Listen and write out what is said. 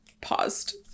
paused